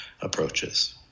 approaches